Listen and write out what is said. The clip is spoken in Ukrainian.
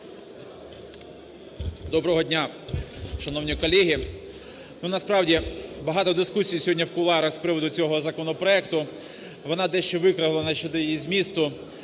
Доброго дня, шановні колеги! Насправді, багато дискусій сьогодні в кулуарах з приводу цього законопроекту, вони дещо викривлені щодо його змісту.